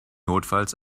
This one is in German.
notfalls